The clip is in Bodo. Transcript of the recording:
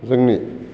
जोंनि